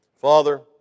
Father